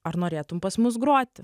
ar norėtumei pas mus groti